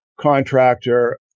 contractor